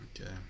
Okay